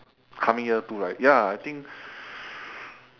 coming year two right ya I think